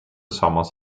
summers